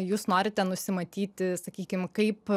jūs norite nusimatyti sakykim kaip